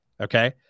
Okay